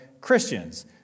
Christians